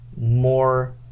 more